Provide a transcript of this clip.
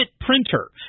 printer